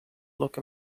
look